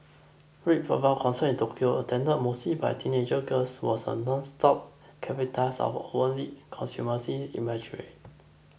Red Velvet's concert in Tokyo attended mostly by teenage girls was a nonstop cavalcade of overtly consumerist imagery